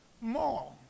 more